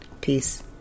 Peace